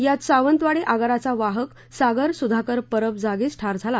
यात सावंतवाडी आगाराचा वाहक सागर सुधाकर परब जागीच ठार झाला